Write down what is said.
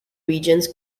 regions